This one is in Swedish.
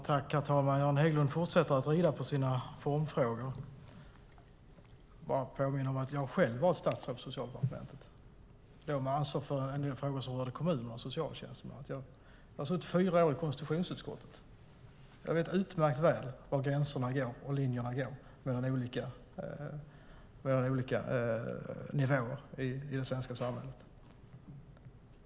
Herr talman! Göran Hägglund fortsätter att rida på sina formfrågor. Jag vill bara påminna att jag själv var statsråd på Socialdepartementet. Jag hade ansvar för en del frågor som rörde kommuner och socialtjänsten. Dessutom har jag suttit fyra år i konstitutionsutskottet. Jag vet utmärkt väl var gränserna och linjerna går mellan olika nivåer i det svenska samhället.